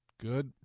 Good